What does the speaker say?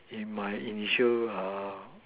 in my initial err